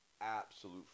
Absolute